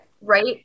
Right